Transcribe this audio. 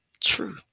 true